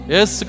Yes